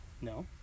No